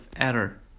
error